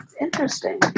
interesting